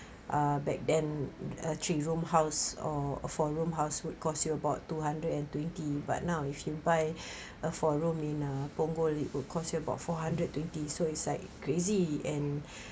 uh back then a three room house or a four room house would cost you about two hundred and twenty but now if you buy a four room in a punggol it would cost you about four hundred twenty so it's like crazy and